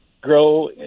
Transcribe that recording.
grow